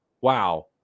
wow